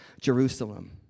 Jerusalem